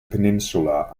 peninsula